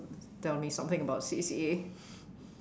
tell me something about C_C_A